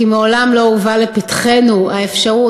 כי מעולם לא הובאה לפתחנו האפשרות,